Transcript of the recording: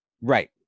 Right